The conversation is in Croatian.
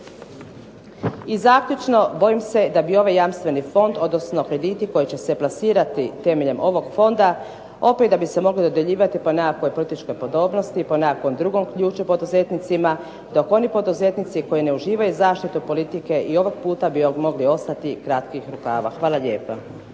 I zaključno bojim se da bi ovaj jamstveni Fond odnosno krediti koji će se plasirati temeljem ovog Fonda, opet da bi se moglo dodjeljivati po nekakvoj političkoj podobnosti, po nekakvom drugom ključu poduzetnicima, dok oni poduzetnici koji ne uživaju zaštitu politike i ovog puta bi mogli ostati kratkih rukava. Hvala lijepa.